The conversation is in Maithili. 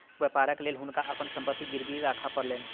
व्यापारक लेल हुनका अपन संपत्ति गिरवी राखअ पड़लैन